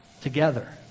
together